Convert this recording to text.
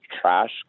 trash